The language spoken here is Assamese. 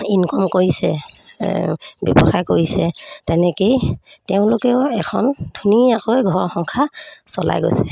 ইনকম কৰিছে ব্যৱসায় কৰিছে তেনেকৈয়ে তেওঁলোকেও এখন ধুনীয়াকৈ ঘৰ সংসাৰ চলাই গৈছে